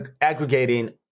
aggregating